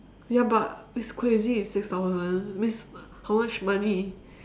ya but it's crazy it's six thousand means how much money